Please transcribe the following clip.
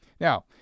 Now